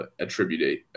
attribute